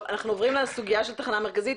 טוב אנחנו עוברים לסוגיה של תחנה מרכזית.